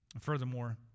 Furthermore